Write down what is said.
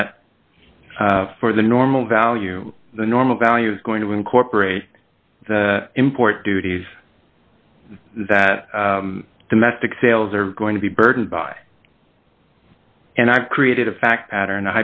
that for the normal value the normal value is going to incorporate the import duties that domestic sales are going to be burdened by and i've created a fact pattern